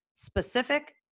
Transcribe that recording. Specific